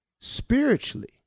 Spiritually